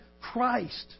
Christ